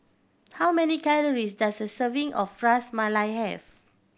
how many calories does a serving of Ras Malai have